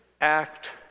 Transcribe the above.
act